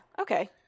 Okay